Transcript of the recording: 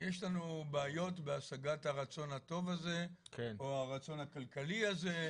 יש לנו בעיות בהשגת הרצון הטוב הזה או הרצון הכלכלי הזה?